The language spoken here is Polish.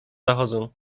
zachodzą